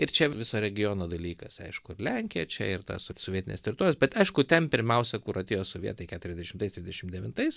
ir čia viso regiono dalykas aišku ir lenkija čia ir tas sovietinės teritorijos bet aišku ten pirmiausia kur atėjo sovietai keturiasdešimtais ir trisdešim devintais